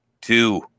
two